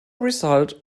result